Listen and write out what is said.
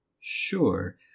sure